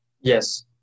yes